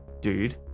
dude